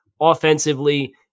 offensively